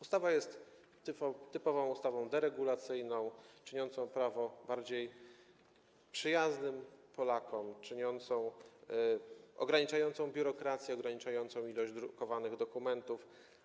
Ustawa jest typową ustawą deregulacyjną, czyniącą prawo bardziej przyjaznym Polakom, ograniczającą biurokrację, ograniczającą ilość drukowanych dokumentów.